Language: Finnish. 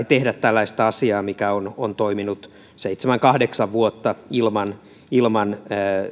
tehdä tällaista asiaa mikä on on toiminut seitsemän kahdeksan vuotta ilman ilman